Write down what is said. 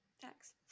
Thanks